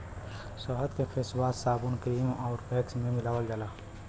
शहद के फेसवाश, साबुन, क्रीम आउर वैक्स में मिलावल जाला